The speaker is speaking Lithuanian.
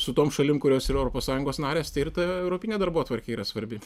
su tom šalim kurios yra europos sąjungos narės tai ir ta europinė darbotvarkė yra svarbi